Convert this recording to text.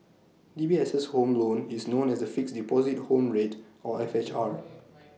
DBS' S home loan is known as the Fixed Deposit Home Rate or F H R